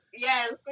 Yes